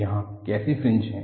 यहाँ कैसे फ्रिंज हैं